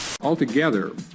Altogether